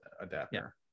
adapter